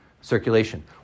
circulation